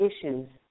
issues